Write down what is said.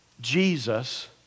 Jesus